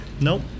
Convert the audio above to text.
Nope